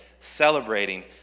celebrating